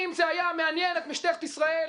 אם זה היה מעניין את משטרת ישראל,